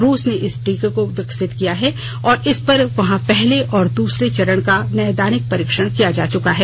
रूस ने इस टीके को विकसित किया है और इस पर वहां पहले और दूसरे चरण का नैदानिक परीक्षण किया जा चुका है